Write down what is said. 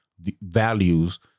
values